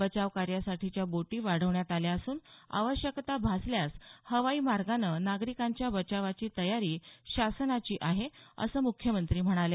बचाव कार्यासाठीच्या बोटी वाढवण्यात आल्या असून आवश्यकता भासल्यास हवाई मार्गानं नागरिकांच्या बचावाची तयारी शासनाची आहे असं मुख्यमंत्री म्हणाले